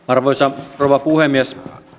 arvoisa rouva puhemies